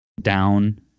down